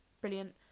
brilliant